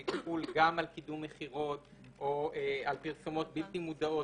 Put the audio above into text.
שהיא תחול גם על קידום מכירות או על פרסומות בלתי מודעות,